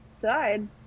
died